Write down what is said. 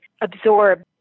absorb